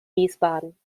wiesbaden